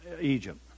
Egypt